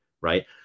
Right